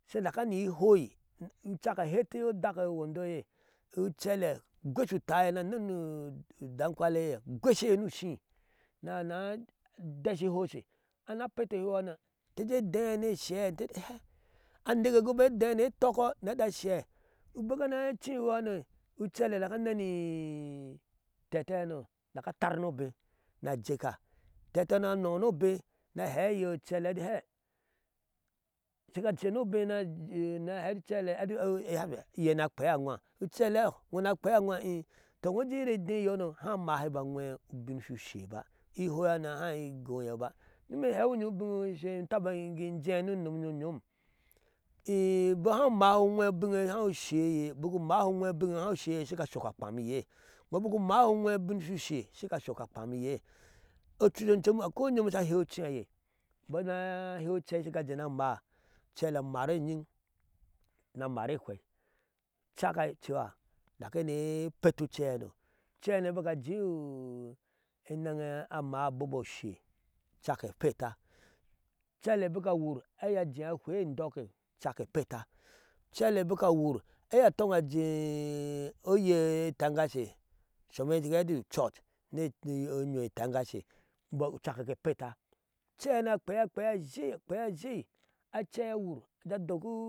Sha dak ani ihoi ukakke ahetihe uwondo e iyee, ucɛle a gwesha utye, anɛnɛ udankwale e iyee agweshihe ni ushii ni anaa desha ihose, anaa pette ehoihano inte jee ede ni eshɛ, inte ɛti hɛɛ aneke gi be ede ni etɔkkɔ ni eti ashɛɛ, bik a naa a cii ehoihanoi ucɛle daga anɛnɛnɛɛ intɛtɛhano dik atar ni obe ni a jekka intɛtɛhano sha nɔɔ ni obee ahehe iyee un ucele eti hɛɛ shiga sher ni obee ni ahɛɛ ni ucɛle ɛti ee iyee ni akpea anwu, iyee ɛti ok, ino ni a nkpea anwa? To ino ujɛɛ uyir edehano haa mahe imbɔɔ aŋwɛɛ ubin shushee ba, ihoihano haa igoyo ba. ni imee in hɛuiyim ubin e imee shini sake in jɛɛ unom nyom nyom bik haa u mahe un. wɛɛ ubiŋŋeye haa usheye, bik u mahe unwee ubin shu shee, shiga ashok akpamiye ocu com com akwai nyom sha ahea uce eiyee, imbɔɔ ni ahea ucei shiga jee ni amaa, amar enyin ni a mar ehwei ucakke ocuha dak ene epetti uceihano, uceihan a bik jɛɛ ama abom oshee ucakke epetta ucɛle abik awur ɛti iyee. a jee ahwei endokke ucakk epetta, ucelle bik awur eti iyee atɔn ajee oye e itɛngashe shom e inte ke hɛɛ ɛti u church ni onyoo etɛngashe imbɔɔ ucakke ge petta. ucɛihano akpea akpea azhei, okpea azhei acei owur, ajee adokku.